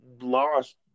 lost